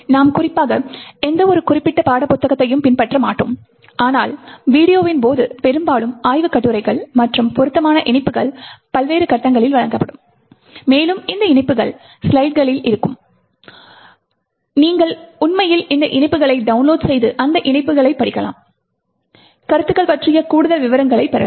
நாம் குறிப்பாக எந்தவொரு குறிப்பிட்ட பாடப்புத்தகத்தையும் பின்பற்ற மாட்டோம் ஆனால் வீடியோவின் போது பெரும்பாலும் ஆய்வுக் கட்டுரைகள் மற்றும் பொருத்தமான இணைப்புகள் பல்வேறு கட்டங்களில் வழங்கப்படும் மேலும் இந்த இணைப்புகள் ஸ்லைடுகளில் இருக்கும் மேலும் நீங்கள் உண்மையில் இந்த இணைப்புகளைப் டவுன்லோட் செய்து அந்த இணைப்புகளைப் படிக்கலாம் கருத்துகள் பற்றிய கூடுதல் விவரங்களைப் பெறலாம்